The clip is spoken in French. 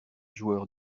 joueur